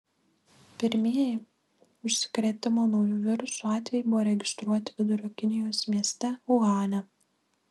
pirmieji užsikrėtimo nauju virusu atvejai buvo registruoti vidurio kinijos mieste uhane